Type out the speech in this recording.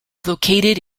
located